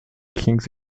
kings